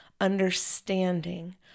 understanding